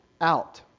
out